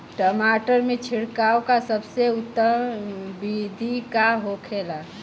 टमाटर में छिड़काव का सबसे उत्तम बिदी का होखेला?